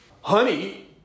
Honey